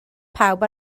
pawb